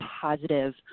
positive